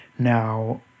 Now